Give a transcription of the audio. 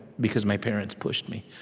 because my parents pushed me.